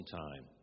time